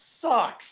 sucks